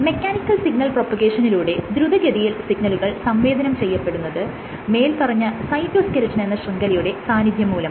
mechanical signal പ്രൊപഗേഷനിലൂടെ ദ്രുതഗതിയിൽ സിഗ്നലുകൾ സംവേദനം ചെയ്യപ്പെടുന്നത് മേല്പറഞ്ഞ സൈറ്റോസ്കെലിറ്റൻ എന്ന ശൃംഖലയുടെ സാന്നിധ്യം മൂലമാണ്